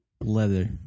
leather